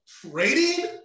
trading